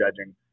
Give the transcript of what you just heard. judging